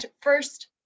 first